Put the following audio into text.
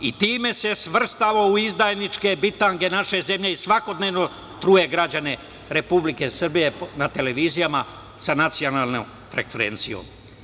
Time se svrstao u izdajničke bitange naše zemlje i svakodnevno truje građane Republike Srbije na televizijama sa nacionalnom frekvencijom.